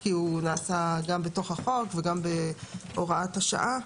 כי הוא נעשה גם בתוך החוק וגם בהוראת השעה.